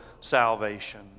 salvation